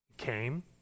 came